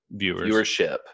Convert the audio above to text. viewership